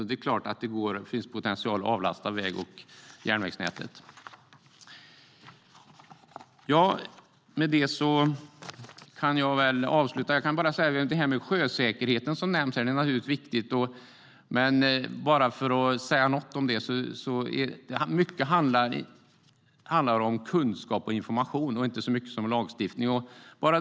Det är klart att det finns potential att avlasta väg och järnvägsnätet. Detta med sjösäkerheten är naturligtvis viktigt. Men mycket handlar om kunskap och information och inte om lagstiftning.